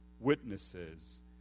witnesses